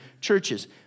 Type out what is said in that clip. churches